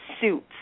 suits